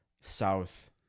South